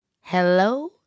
hello